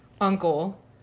uncle